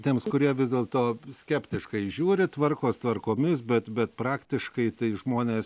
tiems kurie vis dėlto skeptiškai žiūri tvarkos tvarkomis bet bet praktiškai tai žmonės